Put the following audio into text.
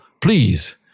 please